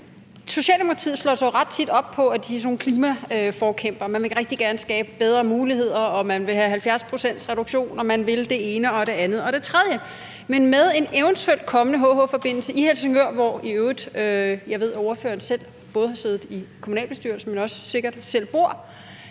Socialdemokratiet slår sig jo ret tit op på, at de er sådan nogle klimaforkæmpere: Man vil rigtig gerne skabe bedre muligheder, man vil have 70-procentsreduktion, og man vil det ene og det andet og det tredje. Men med en eventuel kommende HH-forbindelse i Helsingør – hvor jeg i øvrigt ved ordføreren selv både har siddet i kommunalbestyrelsen og sikkert også selv bor